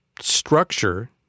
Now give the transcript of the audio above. structure